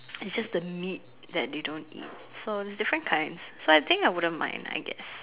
it's just the meat that they don't eat so there's different kinds so I think I wouldn't mind I guess